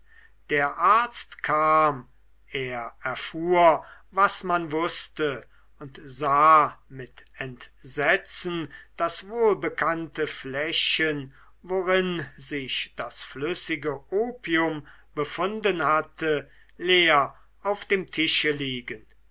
der arzt kam er erfuhr was man wußte und sah mit entsetzen das wohlbekannte fläschchen worin sich das flüssige opium befunden hatte leer auf dem tische liegen